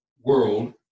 world